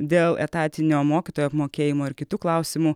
dėl etatinio mokytojų apmokėjimo ir kitų klausimų